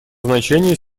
значение